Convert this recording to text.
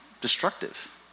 destructive